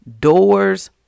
doors